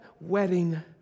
wedding